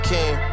King